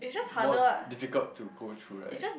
more difficult to go through right